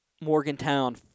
Morgantown